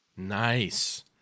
Nice